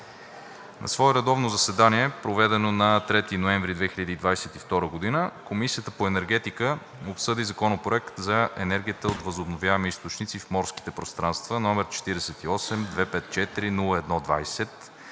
На свое редовно заседание, проведено на 3 ноември 2022 г., Комисията по енергетика обсъди Законопроект за енергията от възобновяеми източници в морските пространства, № 48-254-01-20,